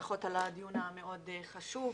ברכות על הדיון המאוד חשוב.